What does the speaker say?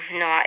no